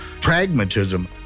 Pragmatism